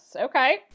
Okay